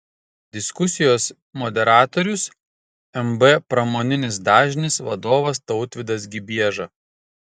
diskusijos moderatorius mb pramoninis dažnis vadovas tautvydas gibieža